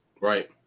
right